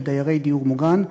של דיירי דיור מוגן,